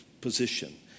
position